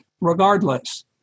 regardless